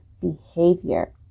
behavior